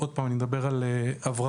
שוב, אני מדבר על הברחות.